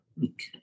week